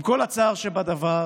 עם כל הצער שבדבר,